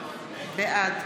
בעד